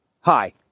Hi